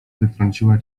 wytrąciła